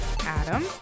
Adam